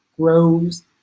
grows